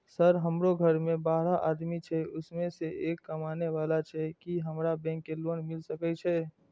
Sir हमरो घर में बारह आदमी छे उसमें एक कमाने वाला छे की हमरा बैंक से लोन मिल सके छे?